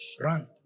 Run